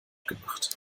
gemacht